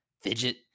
fidget